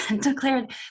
declared